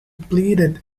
pleaded